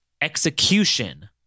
execution